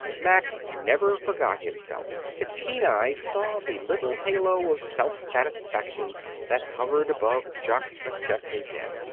mack never forgot himself. his keen eye saw the little halo of self-satisfaction that hovered above jock mcchesney's head.